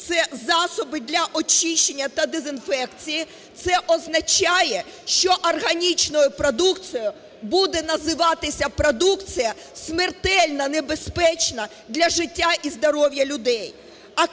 це засоби для очищення та дезінфекції, це означає, що органічною продукцією буде називатися продукція смертельно небезпечна для життя і здоров'я людей.